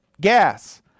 gas